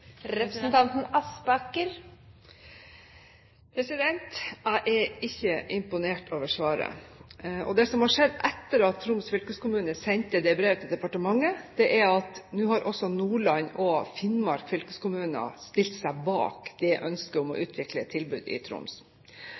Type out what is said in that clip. Jeg er ikke imponert over svaret. Det som har skjedd etter at Troms fylkeskommune sendte brev til departementet, er at også Nordland og Finnmark fylkeskommuner nå har stilt seg bak ønsket om å utvikle et tilbud i Troms.